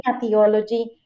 theology